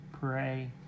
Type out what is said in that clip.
pray